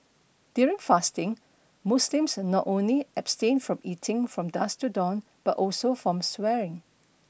during fasting Muslims not only abstain from eating from dusk to dawn but also from swearing